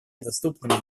доступным